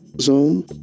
Zone